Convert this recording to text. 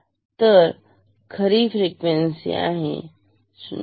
तर खरी फ्रिक्वेन्सी आहे 0